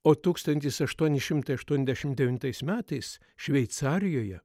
o tūkstantis aštuoni šimtai aštuoniasdešim devintais metais šveicarijoje